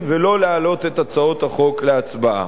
ולא להעלות את הצעות החוק להצבעה.